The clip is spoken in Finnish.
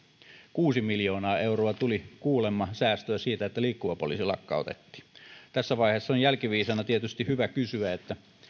kuusi miljoonaa euroa tuli kuulemma säästöä siitä että liikkuva poliisi lakkautettiin tässä vaiheessa on jälkiviisaana tietysti hyvä kysyä